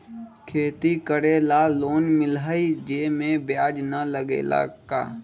खेती करे ला लोन मिलहई जे में ब्याज न लगेला का?